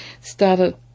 started